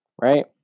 right